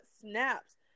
snaps